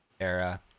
era